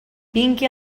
vingui